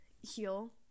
heal